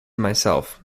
myself